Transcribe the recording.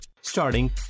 Starting